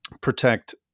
protect